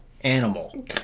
animal